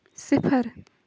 صِفر